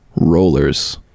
Rollers